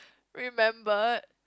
remembered